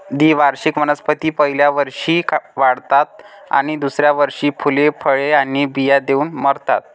द्विवार्षिक वनस्पती पहिल्या वर्षी वाढतात आणि दुसऱ्या वर्षी फुले, फळे आणि बिया देऊन मरतात